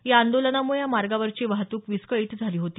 या आंदोलनामुळे या मार्गावरची वाहतूक विस्कळीत झाली होती